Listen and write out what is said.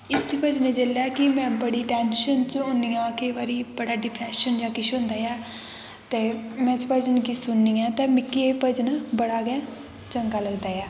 इस भजन गी जेल्लै कि में बड़ी टेंशन च होनी आं केईं बारी में बड़ा डिप्रेशन जां किश होंदा ऐ ते में इस भजन गी सुननियां ते मिगी एह् भजन बड़ा गै चंगा लगदा ऐ